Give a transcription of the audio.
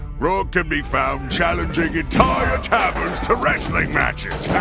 grog can be found challenging entire taverns to wrestling matches!